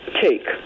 take